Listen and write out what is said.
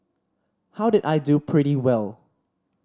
how did I do pretty well